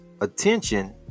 attention